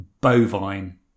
bovine